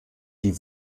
die